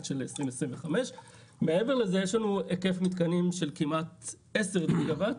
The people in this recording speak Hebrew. של 2025. מעבר לזה יש לנו היקף מתקנים של כמעט עשר ג'יגה וואט